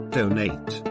donate